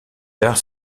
tard